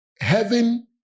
Heaven